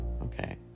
okay